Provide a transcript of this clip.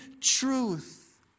truth